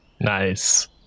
nice